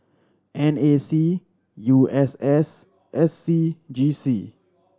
N A C U S S and S C G C